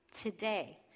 today